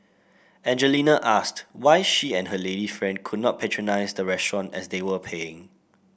Angelina asked why she and her lady friend could not patronise the restaurant as they were paying